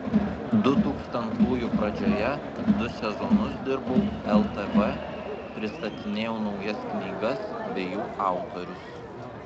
dutūkstantųjų pradžioje du sezonus dirbau ltv pristatinėjau naujas knygas bei jų autorius